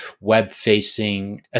web-facing